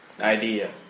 idea